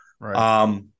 Right